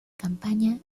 campaña